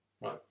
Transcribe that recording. Right